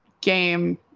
game